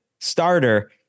starter